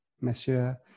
Monsieur